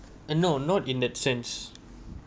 uh no not in that sense